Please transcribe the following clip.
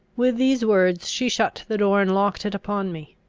with these words she shut the door, and locked it upon me.